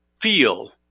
feel